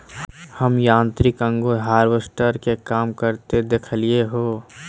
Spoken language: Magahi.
हम यांत्रिक अंगूर हार्वेस्टर के काम करते देखलिए हें